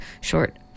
Short